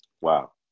wow